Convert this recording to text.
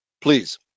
please